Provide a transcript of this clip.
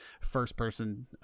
first-person